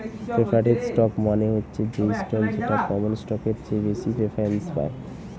preferred stock মানে হচ্ছে সেই স্টক যেটা কমন স্টকের চেয়ে বেশি প্রেফারেন্স পায়